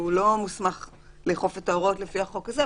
לא מוסמך לאכוף את ההוראות לפי החוק הזה,